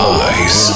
eyes